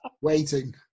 waiting